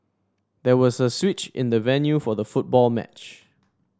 there was a switch in the venue for the football match